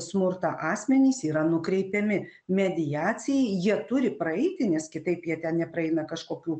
smurtą asmenys yra nukreipiami mediacijai jie turi praeiti nes kitaip jie ten nepraeina kažkokių